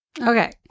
Okay